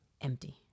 Empty